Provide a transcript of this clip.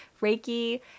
Reiki